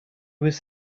was